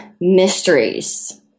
Mysteries